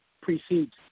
precedes